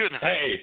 Hey